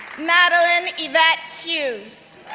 madeline yvette hughes,